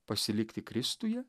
pasilikti kristuje